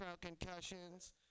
concussions